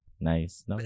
nice